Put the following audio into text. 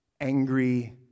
angry